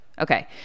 Okay